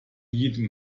jedem